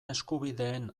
eskubideen